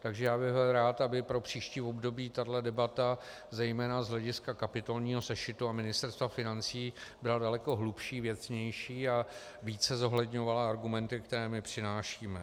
Takže já bych byl rád, aby pro příští období tahle debata zejména z hlediska kapitolního sešitu a Ministerstva financí byla daleko hlubší, věcnější a více zohledňovala argumenty, které my přinášíme.